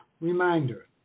reminder